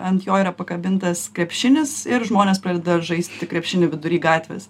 ant jo yra pakabintas krepšinis ir žmonės pradeda žaisti krepšinį vidury gatvės